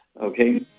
Okay